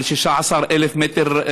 על 16,000 מ"ר,